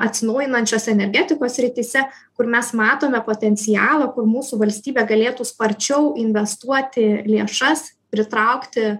atsinaujinančios energetikos srityse kur mes matome potencialą kur mūsų valstybė galėtų sparčiau investuoti lėšas pritraukti